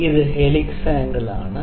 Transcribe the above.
ഇത് helix angle ആണ്